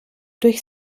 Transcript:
durch